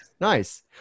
Nice